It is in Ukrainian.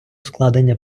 складення